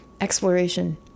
exploration